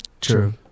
True